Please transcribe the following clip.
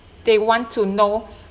they want to know